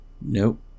Nope